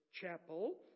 chapel